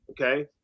okay